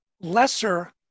lesser